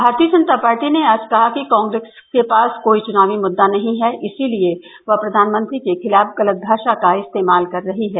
भारतीय जनता पार्टी ने आज कहा कि कांग्रेस के पास कोई चुनावी मुद्दा नहीं है इसीलिए वह प्रधानमंत्री के खिलाफ गलत भाषा का इस्तेमाल कर रही है